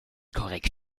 korrekt